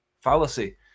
fallacy